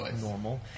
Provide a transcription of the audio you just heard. normal